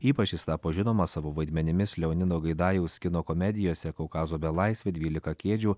ypač jis tapo žinomas savo vaidmenimis leonido gaidajaus kino komedijose kaukazo belaisvė dvylika kėdžių